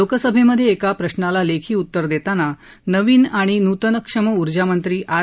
लोकसभेमध्ये एका प्रश्नाला लेखी उत्तर देताना नवीन आणि नूतनक्षम ऊर्जामंत्री आर